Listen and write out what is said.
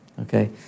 okay